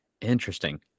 Interesting